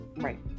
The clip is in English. right